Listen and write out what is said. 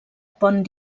pont